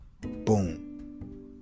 boom